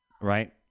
Right